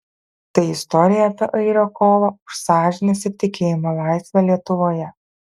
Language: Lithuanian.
tai istorija apie airio kovą už sąžinės ir tikėjimo laisvę lietuvoje